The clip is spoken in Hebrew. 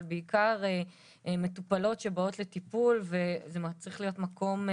אבל בעיקר מטופלות שבאות לטיפול וזה צריך להיות מקום,